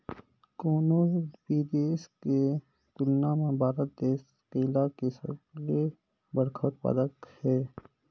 कोनो भी देश के तुलना म भारत देश केला के सबले बड़खा उत्पादक हे